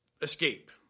Escape